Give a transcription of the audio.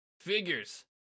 Figures